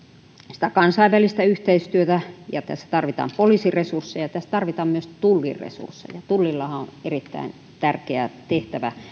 kansainvälistä yhteistyötä ja tässä tarvitaan poliisin resursseja tässä tarvitaan myös tullin resursseja tullillahan on erittäin tärkeä tehtävä